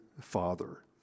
Father